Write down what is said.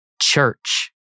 church